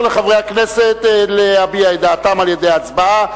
לחברי הכנסת להביא את דעתם על-ידי הצבעה.